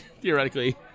theoretically